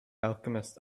alchemist